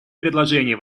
предложений